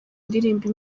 indirimbo